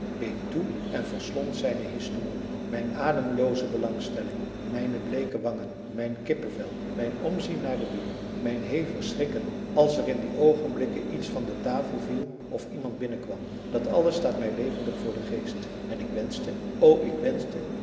beet toe en verslond zijne historie mijn ademlooze belangstelling mijne bleeke wangen mijn kippevel mijn omzien naar de deur mijn hevig schrikken als er in die oogenblikken iets van de tafel viel of iemand binnenkwam dat alles staat mij levendig voor den geest en ik wenschte o ik wenschte